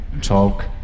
Talk